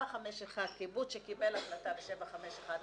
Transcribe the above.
קיבוץ שקיבל החלטה ב-751,